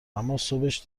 اماصبش